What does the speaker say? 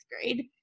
grade